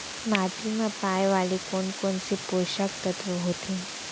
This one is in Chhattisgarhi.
माटी मा पाए वाले कोन कोन से पोसक तत्व होथे?